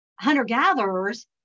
hunter-gatherers